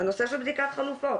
הנושא של בדית חלופות,